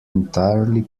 entirely